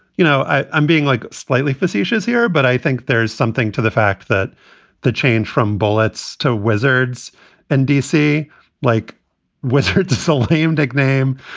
you know, i'm being like slightly facetious here, but i think there's something to the fact that the change from bullets to wizards and dc like wizards. so lame nickname.